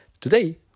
Today